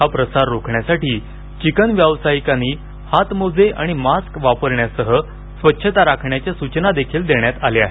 हा प्रसार रोखण्यासाठी चिकन व्यावसायिकानी हातमोजे आणि मास्क वापरण्यासह स्वच्छता राखण्याच्या सूचनादेखील देण्यात आल्या आहेत